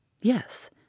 Yes